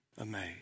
amazed